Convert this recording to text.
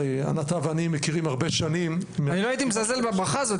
הרי אתה ואני מכירים הרבה שנים --- אני לא הייתי מזלזל בברכה הזאת.